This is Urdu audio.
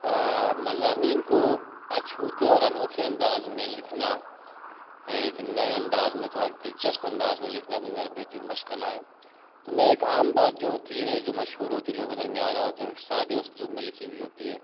مضامین کو اچھوتے اور انوکھے انداز میں لکھنا ایک نئے انداز میں تھوڑا دلچسپ انداز میں لکھنا بھی میرا بہترین مشغلہ ہے تو میں ایک عام بات جو ہوتی ہے جو مشہور ہوتی ہے لوگوں کے درمیان اور سادے اسلوب میں لکھی ہوئی ہوتی ہے